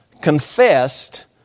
confessed